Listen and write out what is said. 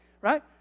right